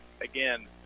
again